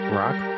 rock